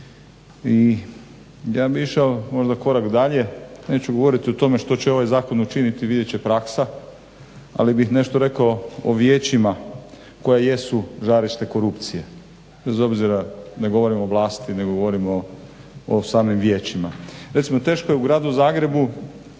i ja bih išao možda korak dalje, neću govoriti o tome što će ovaj zakon učiniti, vidjet će praksa, ali bih nešto rekao o vijećima koja jesu žarište korupcije, bez obzira ne govorim o vlasti nego govorim o samim vijećima. Recimo teško je u gradu Zagrebu